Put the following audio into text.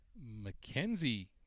Mackenzie